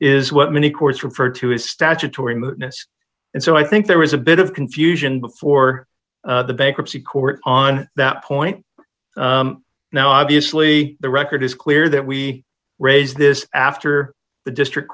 is what many courts refer to as statutory mutinous and so i think there was a bit of confusion before the bankruptcy court on that point now obviously the record is clear that we raised this after the district